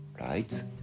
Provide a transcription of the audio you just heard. right